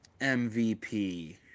MVP